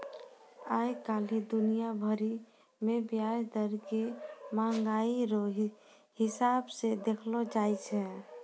आइ काल्हि दुनिया भरि मे ब्याज दर के मंहगाइ रो हिसाब से देखलो जाय छै